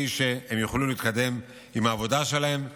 שהם יוכלו להתקדם עם העבודה שלהם ומהר.